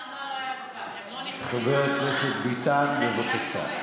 חבר הכנסת ביטן, בבקשה.